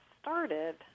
started